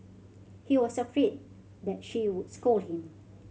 he was afraid that she would scold him